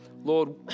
Lord